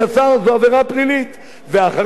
ואחרי שאדם עובר עבירה פלילית,